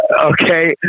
Okay